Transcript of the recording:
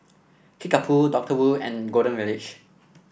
Kickapoo Doctor Wu and Golden Village